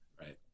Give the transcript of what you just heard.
Right